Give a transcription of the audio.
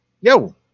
Yo